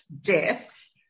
death